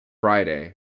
Friday